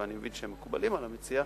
ואני מבין שהם מקובלים על המציע,